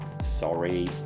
Sorry